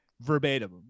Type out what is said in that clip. verbatim